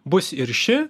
bus ir ši